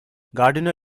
gardiner